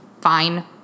Fine